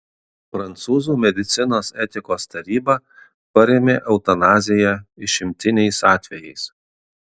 prancūzų medicinos etikos taryba parėmė eutanaziją išimtiniais atvejais